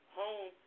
home